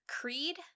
Creed